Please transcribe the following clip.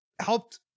helped